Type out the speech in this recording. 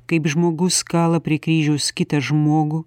kaip žmogus kala prie kryžiaus kitą žmogų